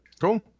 Cool